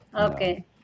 Okay